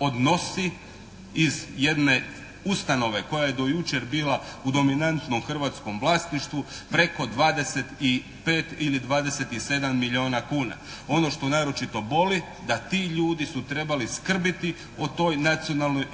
odnosi iz jedne ustanove koja je do jučer bila u dominantno hrvatskom vlasništvu preko 25 ili 27 milijuna kuna. Ono što naročito boli da ti ljudi su trebali skrbiti o toj nacionalnoj